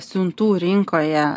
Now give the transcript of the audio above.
siuntų rinkoje